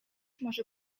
może